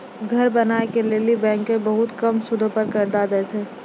घर बनाय के लेली बैंकें बहुते कम सूदो पर कर्जा दै छै